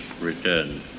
returned